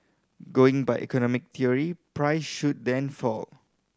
going by economic theory price should then fall